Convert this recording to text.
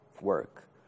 work